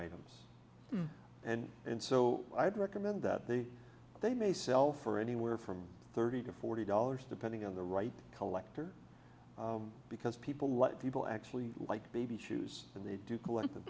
items and and so i'd recommend that they they may sell for anywhere from thirty to forty dollars depending on the right collector because people like people actually like baby shoes and they do collect